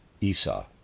Esau